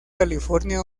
california